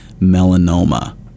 melanoma